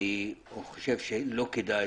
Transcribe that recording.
אני חושב שלא כדאי